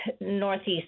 northeast